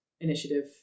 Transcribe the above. initiative